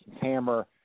Hammer